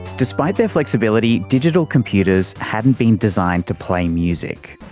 despite their flexibility, digital computers hadn't been designed to play music.